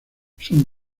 son